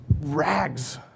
rags